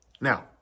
Now